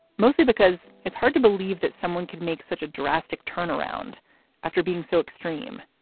mostly because it's hard to believe that someone could make such a drastic turnaround after being so extreme.